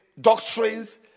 doctrines